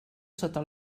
sota